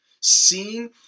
seeing